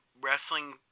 wrestling